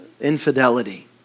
infidelity